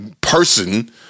person